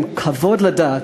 עם כבוד לדת,